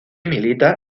milita